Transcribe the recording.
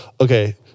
Okay